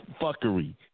fuckery